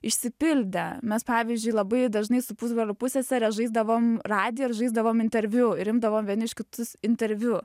išsipildė mes pavyzdžiui labai dažnai su pusbroliu pussesere žaisdavom radiją ir žaisdavome interviu ir imdavom vieni iš kitus interviu